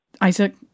Isaac